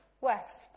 west